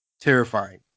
terrifying